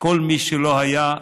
שכל מי שלא היה,